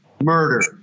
murder